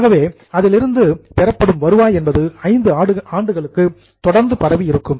ஆகவே அதிலிருந்து ஜெனரேட்டட் பெறப்படும் வருவாய் என்பது 5 ஆண்டுகளுக்கு தொடர்ந்து பரவி இருக்கும்